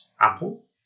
Apple